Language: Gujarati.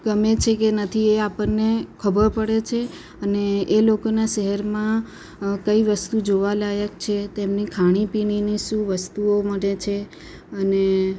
ગમે છે કે નથી એ આપણને ખબર પડે છે અને એ લોકોનાં શહેરમાં અ કઈ વસ્તુ જોવાલાયક છે તેમની ખાણીપીણીની શું વસ્તુઓ મળે છે અને